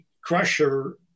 Crusher